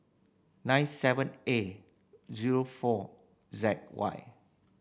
nine seven A zero four Z Y